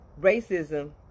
racism